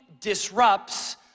disrupts